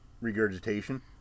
regurgitation